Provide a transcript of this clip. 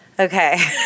Okay